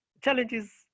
challenges